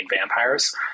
vampires